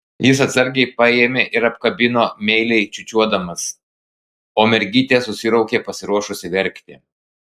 jis atsargiai paėmė ir apkabino meiliai čiūčiuodamas o mergytė susiraukė pasiruošusi verkti